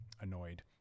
annoyed